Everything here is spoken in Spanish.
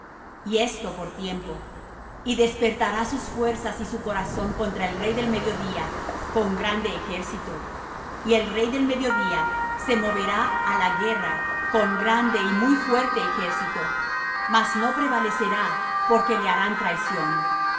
y esto por tiempo y despertará sus fuerzas y su corazón contra el rey del mediodía con grande ejército y el rey del mediodía se moverá á la guerra con grande y muy fuerte ejército mas no prevalecerá porque le harán traición